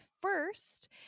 first